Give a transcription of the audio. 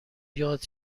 یاد